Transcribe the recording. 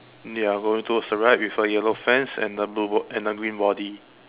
ya going towards the right with a yellow fence and a blue bo~ and a green body